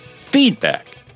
Feedback